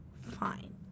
fine